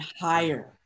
higher